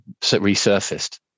resurfaced